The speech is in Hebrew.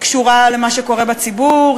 קשורה למה שקורה בציבור,